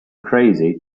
crazy